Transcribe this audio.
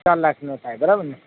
ચાર લાખનો થાય બરાબર ને